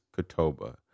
kotoba